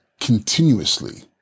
continuously